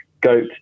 goat